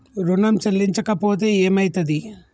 ఋణం చెల్లించకపోతే ఏమయితది?